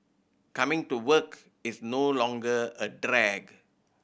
coming to work is no longer a drag